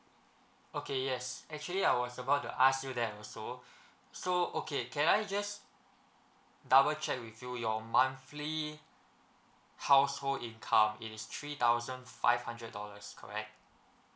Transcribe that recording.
okay yes actually I was about to ask you that also so okay can I just double check with you your monthly household income it is three thousand five hundred dollars correct